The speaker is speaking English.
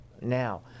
now